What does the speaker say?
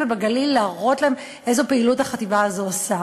ובגליל להראות להם איזה פעילות החטיבה הזאת עושה.